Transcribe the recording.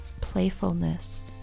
Playfulness